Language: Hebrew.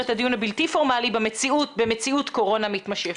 הדיון הבלתי פורמלי במציאות קורונה מתמשכת.